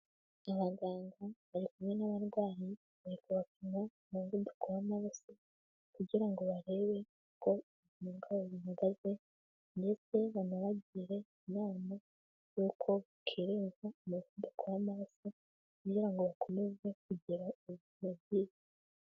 Abaganga bari kumwe n'abarwayi bari kubapima umuvuduko w'amaraso, kugira ngo barebe uko uko iyo ndwara ihagaze, ndetse banabagire inama yuko bakirinda umuvuduko w'amaraso kugira ngo bakomeze kugira ubuzima bwiza.